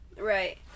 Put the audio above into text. Right